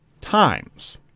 Times